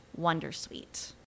wondersuite